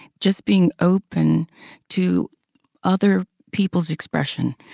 just being open to other people's expression,